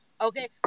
Okay